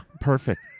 perfect